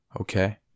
Okay